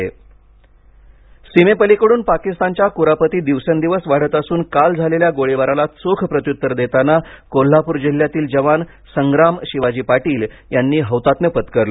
हौतात्म्य सीमेपलीकडून पाकिस्तानच्या कुरापती दिवसेंदिवस वाढत असून काल झालेल्या गोळीबाराला चोख प्रत्यूत्तर देताना कोल्हापूर जिल्ह्यातील जवान संग्राम शिवाजी पाटील यांनी हौतात्म्य पत्करलं